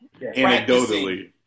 Anecdotally